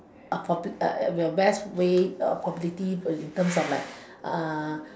uh probably best way probably in terms of like uh